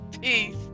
Peace